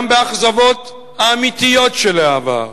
גם באכזבות האמיתיות של העבר,